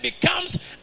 becomes